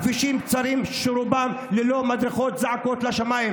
הכבישים הצרים שרובם ללא מדרכות זועקים לשמיים.